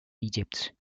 egypt